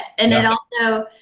and then, also,